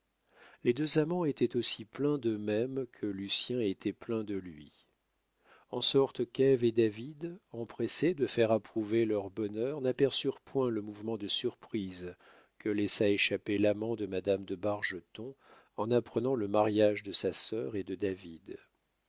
les deux amants étaient aussi pleins d'eux-mêmes que lucien était plein de lui en sorte qu'ève et david empressés de faire approuver leur bonheur n'aperçurent point le mouvement de surprise que laissa échapper l'amant de madame de bargeton en apprenant le mariage de sa sœur et de david